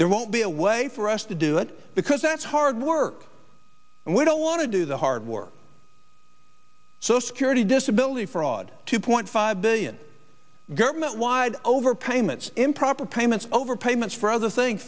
there won't be a way for us to do it because that's hard work and we don't want to do the hard work so security disability fraud two point five billion government wide over payments improper payments over payments for other things